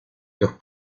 los